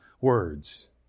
words